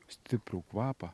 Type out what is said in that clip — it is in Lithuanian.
stiprų kvapą